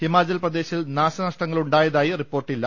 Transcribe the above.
ഹിമാചൽ പ്രദേശിൽ നാശന ഷ്ടങ്ങളുണ്ടായതായി റിപ്പോർട്ടില്ല